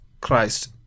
Christ